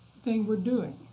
thing we're doing.